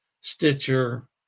Stitcher